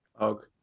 Okay